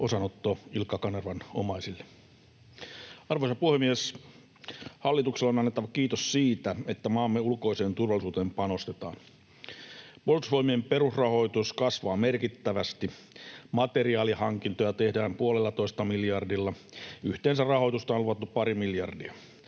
Osanotto Ilkka Kanervan omaisille. Arvoisa puhemies! Hallitukselle on annettava kiitos siitä, että maamme ulkoiseen turvallisuuteen panostetaan. Puolustusvoimien perusrahoitus kasvaa merkittävästi, materiaalihankintoja tehdään 1,5 miljardilla. Yhteensä rahoitusta on luvattu pari miljardia.